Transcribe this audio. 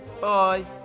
Bye